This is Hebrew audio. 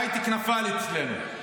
ההייטק נפל אצלנו.